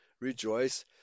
rejoice